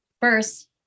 first